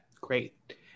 great